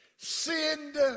sinned